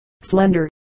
slender